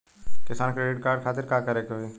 किसान credit card खातिर का करे के होई?